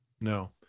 No